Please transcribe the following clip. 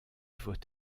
faut